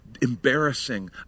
embarrassing